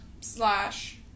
Slash